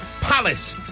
Palace